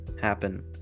happen